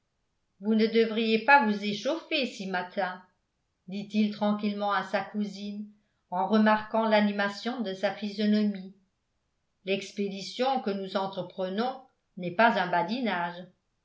vous ne devriez pas vous échauffer si matin dit-il tranquillement à sa cousine en remarquant l'animation de sa physionomie l'expédition que nous entreprenons n'est pas un badinage